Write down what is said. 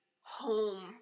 home